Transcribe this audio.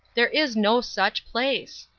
there is no such place!